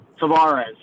Tavares